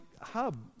hub